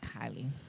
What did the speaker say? Kylie